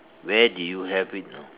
where did you have it you know